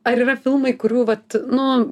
ar yra filmai kurių vat nu